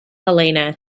helena